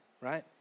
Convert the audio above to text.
right